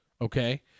Okay